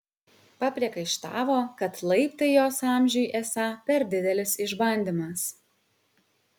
papriekaištavo kad laiptai jos amžiui esą per didelis išbandymas